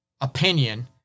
Opinion